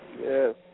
Yes